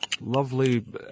Lovely